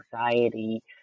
anxiety